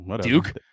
Duke